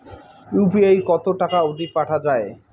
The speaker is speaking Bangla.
ইউ.পি.আই কতো টাকা অব্দি পাঠা যায়?